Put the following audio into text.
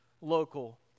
local